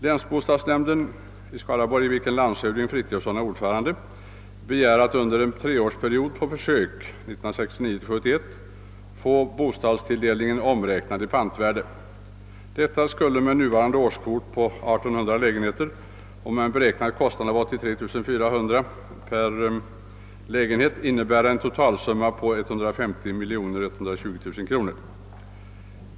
Länsbostadsnämnden i Skaraborgs län, i vilken landshövding Frithiofson är ordförande, begär att under en treårsperiod, 1969—1971, på försök få bostadstilldelningen omräknad i pantvärde. Detta skulle med nuvarande årskvot på 1800 lägenheter och med en beräknad kostnad av 83 400 kronor per lägenhet innebära en totalsumma på 150 120 000 kronor.